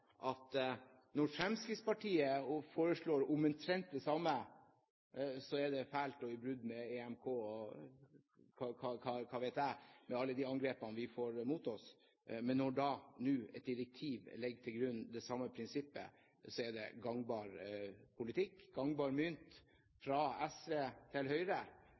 at når Fremskrittspartiet foreslår omtrent det samme, så er det fælt og det er brudd på EMK – hva vet jeg med alle de angrepene vi får mot oss – men når et direktiv nå legger til grunn det samme prinsippet, så er det gangbar politikk, gangbar mynt, fra SV til Høyre.